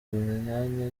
myanya